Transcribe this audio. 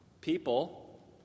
people